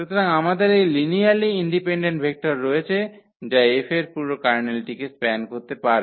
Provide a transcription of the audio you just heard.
সুতরাং আমাদের এই লিনিয়ার্লি ইন্ডিপেন্ডেন্ট ভেক্টর রয়েছে যা 𝐹 এর পুরো কার্নেলটিকে স্প্যান করতে পারে